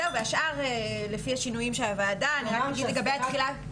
והשאר לפי השינויים של הוועדה כלומר,